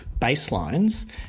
baselines